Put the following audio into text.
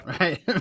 Right